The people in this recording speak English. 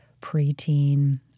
pre-teen